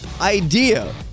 idea